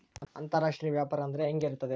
ಅಂತರಾಷ್ಟ್ರೇಯ ವ್ಯಾಪಾರ ಅಂದರೆ ಹೆಂಗೆ ಇರುತ್ತದೆ?